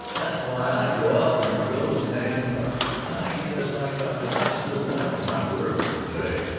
that's why i go out and drill with the national guard. i guess i got the nicest little wife in my burg, but say!